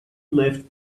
lift